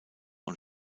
und